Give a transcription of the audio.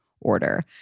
order